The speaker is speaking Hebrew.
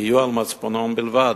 יהיו על מצפונם בלבד,